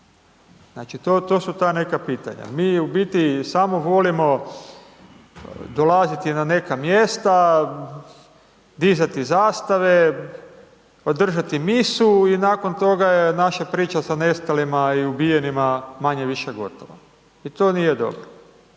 to su ta neka pitanja. Mi u biti samo volimo dolaziti na neka mjesta, dizati zastave, održati misu i nakon toga je naša priča sa nestalima i ubijenima manje-više gotova i to nije dobro.